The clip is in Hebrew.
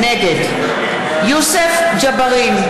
נגד יוסף ג'בארין,